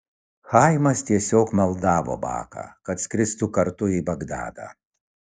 chaimas tiesiog maldavo baką kad skristų kartu į bagdadą